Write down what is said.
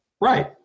Right